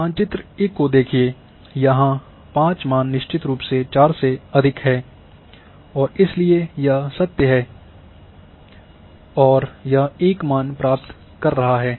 मानचित्र ए को देखिए यहाँ 5 मान निश्चित रूप से 4 से अधिक है और इसलिए यह सत्य है और यह 1 मान प्राप्त कर रहा है